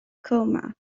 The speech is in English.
coma